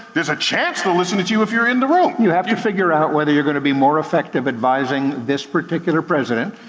there's a chance they'll listen to to you if you're in the room. you have to figure out whether you're gonna be more effective advising this particular president,